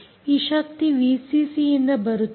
ಈ ಶಕ್ತಿ ಯಿಂದ ಬರುತ್ತದೆ